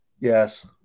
Yes